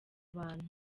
abantu